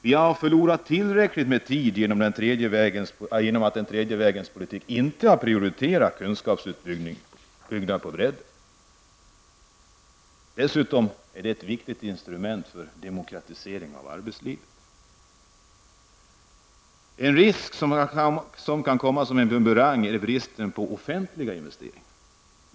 Vi har förlorat tillräckligt med tid genom att den tredje vägens politik inte har prioriterat kunskapsutbyggnad på bredden. Dessutom är kunskapen ett viktigt instrument för demokratisering av arbetslivet. Något som kan komma att få en bumerangeffekt är bristen på offentliga investeringar.